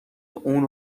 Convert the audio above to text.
اون